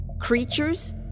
Creatures